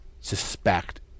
suspect